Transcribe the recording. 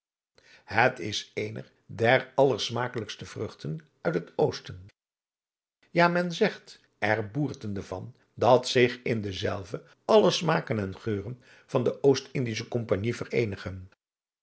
het is eene der allersmakelijkste vruchten uit het oosten ja men zegt er boertende van dat zich in dezelve alle smaken en geuren van de oost-indische compagnie vereenigen